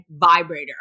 vibrator